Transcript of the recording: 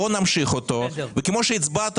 בוא נמשיך אותו וכמו שהצבעת,